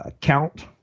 count